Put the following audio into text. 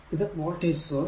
ഇത് voltage source